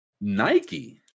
nike